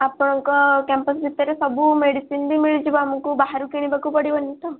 ଆପଣଙ୍କ କ୍ୟାମ୍ପସ୍ ଭିତରେ ସବୁ ମେଡ଼ିସିନ୍ ବି ମିଳିଯିବ ଆମକୁ ବାହାରୁ କିଣିବାକୁ ପଡ଼ିବନି ତ